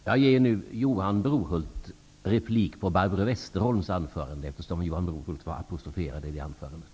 Jag ger nu Johan Brohult replik på Barbro Westerholms anförande, eftersom Johan Brohult var apostroferad i det anförandet.